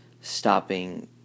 stopping